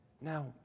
Now